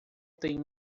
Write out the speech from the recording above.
tem